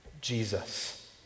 Jesus